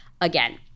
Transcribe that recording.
again